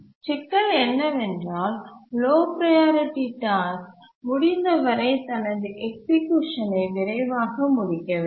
சிக்கல் என்னவென்றால் low priority task முடிந்தவரை தனது எக்சிக்யூஷனை விரைவாக முடிக்க வேண்டும்